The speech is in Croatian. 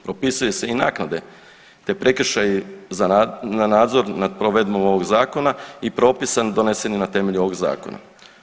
Propisuje se i naknade te prekršaji za nad, na nadzor nad provedbom ovog zakona i propisa donesenih na temelju ovog zakona.